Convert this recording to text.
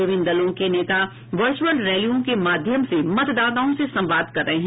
विभिन्न दलों के नेता वर्चअल रैलियों के माध्यम से मतदाताओं से संवाद कर रहे हैं